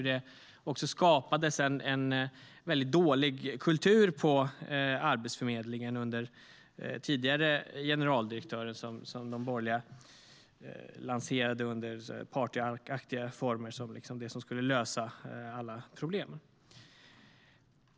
Det skapades en dålig kultur på Arbetsförmedlingen under tidigare generaldirektörer, som de borgerliga under partyaktiga former lanserade som det som skulle lösa alla problem.